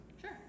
Sure